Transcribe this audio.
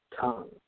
tongue